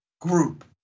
group